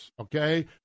Okay